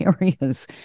areas